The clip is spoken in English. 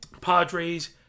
Padres